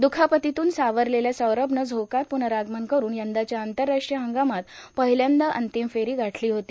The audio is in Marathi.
द्रखापतीमधून सावरलेल्या सौरभवनं झोकात प्रनरागमन करत यंदाच्या आंतरराष्ट्रीय हंगामात पहिल्यांदा अंतिम फेरी गाठली होती